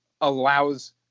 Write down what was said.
allows